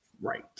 Right